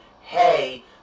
hey